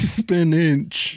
spinach